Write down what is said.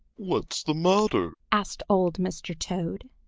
what's the matter? asked old mr. toad.